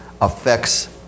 affects